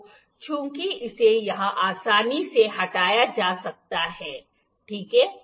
तो चूंकि इसे यहां आसानी से हटाया जा सकता है ठीक है